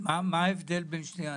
מה ההבדל בין שניהם?